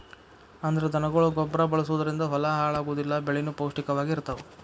ಅಂದ್ರ ದನಗೊಳ ಗೊಬ್ಬರಾ ಬಳಸುದರಿಂದ ಹೊಲಾ ಹಾಳ ಆಗುದಿಲ್ಲಾ ಬೆಳಿನು ಪೌಷ್ಟಿಕ ವಾಗಿ ಇರತಾವ